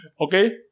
Okay